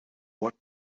what